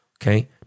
Okay